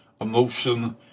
emotion